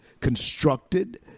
constructed